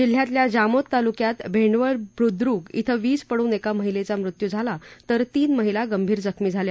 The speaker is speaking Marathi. जिल्ह्यातल्या जामोद तालुक्यात भेंडवड बुदुक क्षें वीज पडून एका महिलघी मृत्यू झाला तर तीन महिला गंभीर जखमी झाल्या